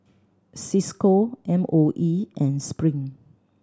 Cisco M O E and Spring